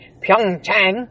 pyeongchang